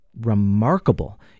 remarkable